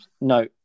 No